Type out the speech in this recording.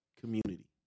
community